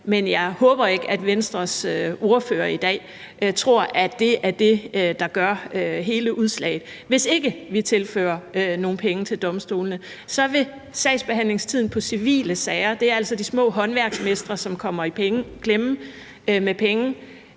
men jeg håber ikke, at Venstres ordfører i dag tror, at det er det, der gør hele udslaget. Hvis ikke vi tilfører nogle penge til domstolene, vil sagsbehandlingstiden på civile sager – det er altså de små håndværksmestre, som kommer i klemme her